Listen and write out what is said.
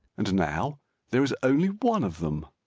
and now there is only one of them.